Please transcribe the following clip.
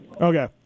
Okay